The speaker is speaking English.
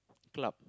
club